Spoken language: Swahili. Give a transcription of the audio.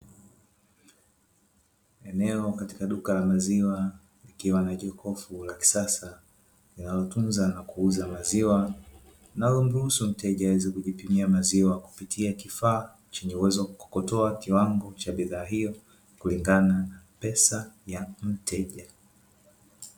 Eneo katika duka la maziwa likiwa na jokofu la kisasa linalotunza na kuuza maziwa, linalomruhusu mteja aweze kujipimia maziwa kupitia kifaa chenye uwezo wa kukokotoa bidhaa kulingana na pesa ya mteja.